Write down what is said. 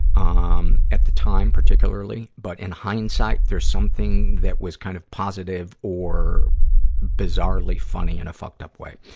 um, at the time particularly, but in hindsight there's something that was kind of positive or bizarrely funny in a fucked-up way.